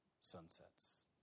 sunsets